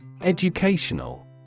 Educational